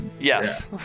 yes